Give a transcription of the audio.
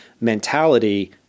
mentality